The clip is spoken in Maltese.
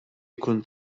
jkun